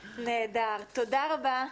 נהדר, תודה רבה.